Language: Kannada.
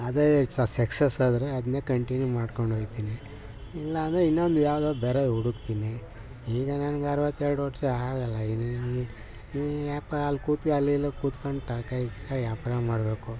ಅದೇ ಸಸ್ ಸಕ್ಸಸ್ ಆದರೆ ಅದನ್ನೇ ಕಂಟಿನ್ಯೂ ಮಾಡ್ಕೊಂಡೋಗ್ತೀನಿ ಇಲ್ಲ ಅಂದರೆ ಇನ್ನೊಂದು ಯಾವ್ದಾದರೂ ಬೇರೆ ಹುಡುಕ್ತಿನಿ ಈಗ ನನಗೆ ಅರವತ್ತೆರಡು ವರ್ಷ ಆಗಲ್ಲ ಇನ್ನು ನನಗೆ ಈ ವ್ಯಾಪಾರ ಅಲ್ಲಿ ಕೂತು ಅಲ್ಲಿ ಇಲ್ಲಿ ಕುತ್ಕಂಡು ತರಕಾರಿ ಗಿರ್ಕಾರಿ ವ್ಯಾಪಾರ ಮಾಡಬೇಕು